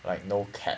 like no cap